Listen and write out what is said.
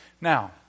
Now